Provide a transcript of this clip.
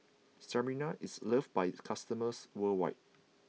Sterimar is loved by its customers worldwide